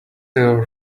your